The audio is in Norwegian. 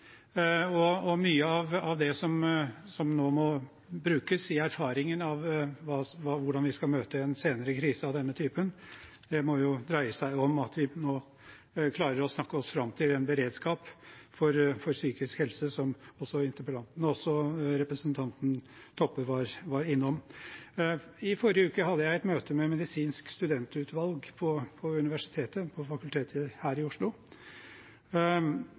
og mye av det som nå må brukes i erfaringen av hvordan vi skal møte en senere krise av denne typen, må dreie seg om at vi nå klarer å snakke oss fram til en beredskap for psykisk helse, som også representanten Toppe var innom. I forrige uke hadde jeg et møte med Medisinsk studentutvalg ved fakultetet på Universitetet i Oslo. Der snakket man mye om kvaliteten på